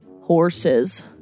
horses